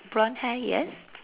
blonde hair yes